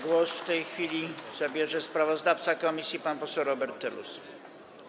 Głos w tej chwili zabierze sprawozdawca komisji pan poseł Robert Telus.